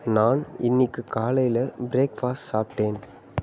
நான் இன்னைக்கு காலையில் ப்ரேக்ஃபாஸ்ட் சாப்பிட்டேன்